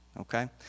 okay